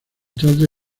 tarde